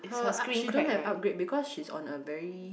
her she don't have upgrade because she's on a very